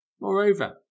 Moreover